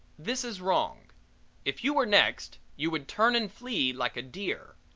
this is wrong if you were next you would turn and flee like a deer.